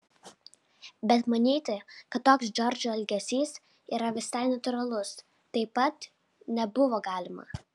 bet manyti kad toks džordžo elgesys yra visai natūralus taip pat nebuvo galima